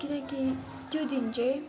किनकि त्यो दिन चाहिँ